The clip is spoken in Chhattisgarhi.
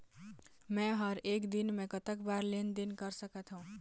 मे हर एक दिन मे कतक बार लेन देन कर सकत हों?